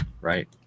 Right